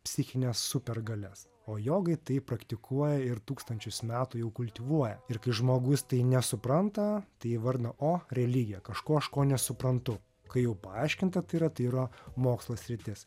psichines supergalias o jogai tai praktikuoja ir tūkstančius metų jau kultivuoja ir kai žmogus tai nesupranta tai įvardina o religija kažko aš ko nesuprantu kai jau paaiškinta tai yra tai yra mokslo sritis